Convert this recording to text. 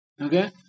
okay